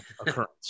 occurrence